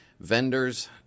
Vendors